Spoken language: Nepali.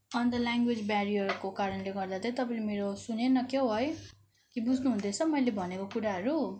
अन्त ल्याङ्गुवेज बेरियरको कारणले गर्दा चाहिँ तपाईँले मेरो सुनेन क्या हो है कि बुझ्नुहुँदैछ मैले भनेको कुराहरू